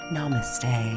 Namaste